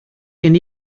gen